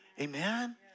Amen